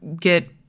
get